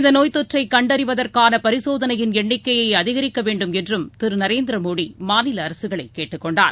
இந்தநோய்த்தொற்றைகண்டறிவதற்கானபரிசோதனையின் எண்ணிக்கையைஅதிகரிக்கவேண்டும் என்றும் திருநரேந்திரமோடிமாநிலஅரசுகளைகேட்டுக்கொண்டார்